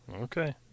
Okay